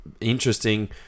interesting